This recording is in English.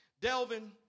Delvin